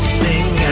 sing